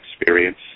experience